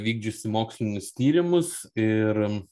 vykdžiusi mokslinius tyrimus ir